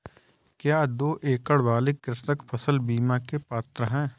क्या दो एकड़ वाले कृषक फसल बीमा के पात्र हैं?